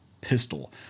pistol